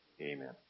Amen